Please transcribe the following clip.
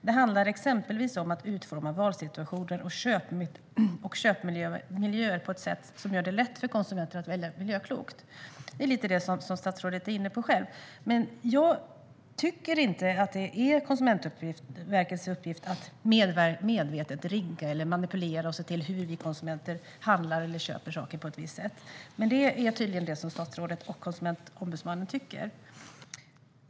Det handlar exempelvis om att utforma valsituationer och köpmiljöer på ett sätt som gör det lätt för konsumenter att välja miljöklokt." Det är lite det som statsrådet själv är inne på. Jag tycker inte att det är Konsumentverkets uppgift att medvetet rigga, manipulera och se till hur vi konsumenter handlar eller köper saker på ett visst sätt. Men det är tydligen det som statsrådet och Konsumentombudsmannen tycker.